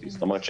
חלות.